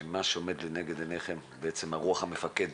שמה שעומד לנגד עיניכם הוא בעצם רוח המפקד